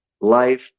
life